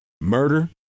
Murder